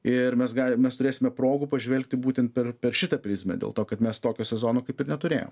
ir mes galim mes turėsime progų pažvelgti būtent per šitą prizmę dėl to kad mes tokio sezono kaip ir neturėjom